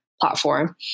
platform